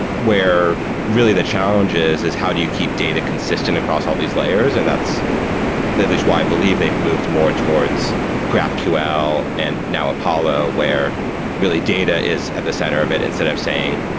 where really the challenges is how do you keep data consistent across all these layers, and that's but at least why i believed they've moved more towards graphql, and now apollo, where really data is at the center of it instead of saying,